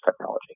technology